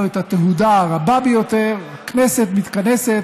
את התהודה הרבה ביותר: הכנסת מתכנסת,